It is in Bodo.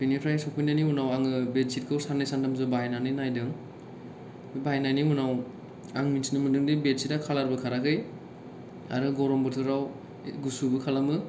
बेनिफ्राय सफैनायनि उनाव आङो बेड चिटखौ सान्नै सानथामसो बाहायनानै नायदों बाहायनायनि उनाव आं मिथिनो मोन्दोंदि बेड चिटया खालारबो खाराखै आरो गरम बोथोराव गुसुबो खालामो